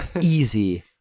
Easy